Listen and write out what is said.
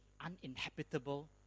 uninhabitable